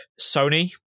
Sony